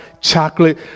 chocolate